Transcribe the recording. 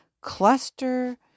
cluster